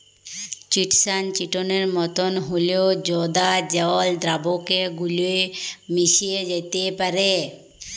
chitosan চিটনের মতন হঁল্যেও জঁদা জল দ্রাবকে গুল্যে মেশ্যে যাত্যে পারে